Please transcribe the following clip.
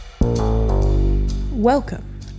Welcome